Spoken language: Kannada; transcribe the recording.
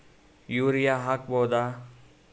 ಯೂರಿಯ ಹಾಕ್ ಬಹುದ?